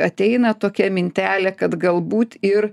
ateina tokia mintelė kad galbūt ir